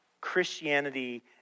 Christianity